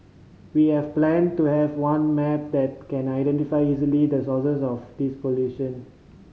we have a plan to have one map that can identify easily the sources of this pollution